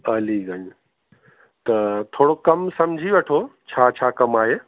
अलीगंज त थोरो कमु समुझी वठो छा छा कमु आहे